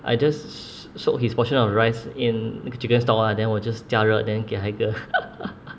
I just soak his portion of the rice in the chicken stock ah then 我 just 加热 than 给他一个